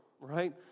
right